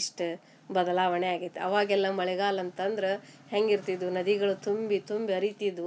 ಇಷ್ಟು ಬದಲಾವಣೆ ಆಗೇತಿ ಅವಾಗೆಲ್ಲ ಮಳೆಗಾಲ ಅಂತಂದ್ರೆ ಹೆಂಗೆ ಇರ್ತಿದ್ವು ನದಿಗಳು ತುಂಬಿ ತುಂಬಿ ಹರಿತಿದ್ವು